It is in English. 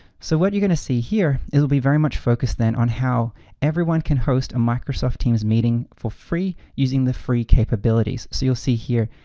so what you're gonna see here, it'll be very much focused then on how everyone can host a microsoft teams meeting for free, using the free capabilities. so you'll see here,